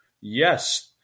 yes